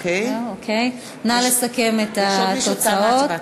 נא לסכם את התוצאות.